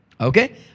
Okay